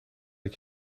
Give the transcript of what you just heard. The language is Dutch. dat